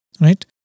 right